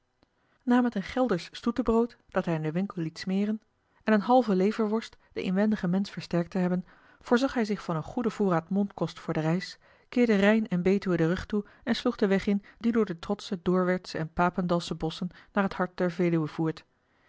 met een geldersch stoetebrood dat hij in den winkel liet smeren en eene halve leverworst den inwendigen mensch versterkt te hebben voorzag hij zich van een goeden voorraad mondkost voor de reis keerde rijn en betuwe den rug toe en sloeg den weg in die door de trotsche doorwerthsche en papendalsche bosschen naar het hart der veluwe voert